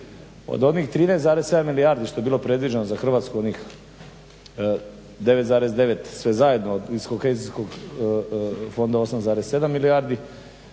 od onih 13,7 milijardi što je bilo predviđeno za Hrvatsku onih 9,9 sve zajedno iz kohezijskog fonda 8,7milijardi